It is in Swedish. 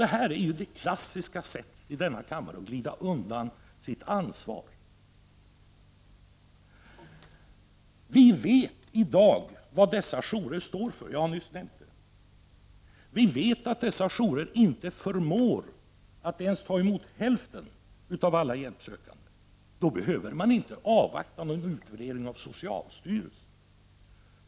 Men det är det klassiska sättet att i denna kammare glida undan sitt ansvar. Vi vet i dag vad dessa jourer står för — jag har nyss nämnt det. Vi vet att dessa jourer inte förmår ta emot ens hälften av alla som behöver hjälp. Då behöver man inte avvakta någon utvärdering från socialstyrelsen.